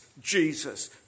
Jesus